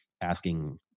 asking